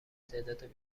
تعداد